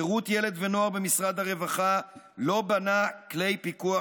שירות ילד ונוער במשרד הרווחה לא בנה כלי פיקוח